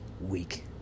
week